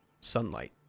sunlight